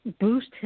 boost